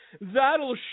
that'll